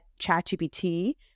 ChatGPT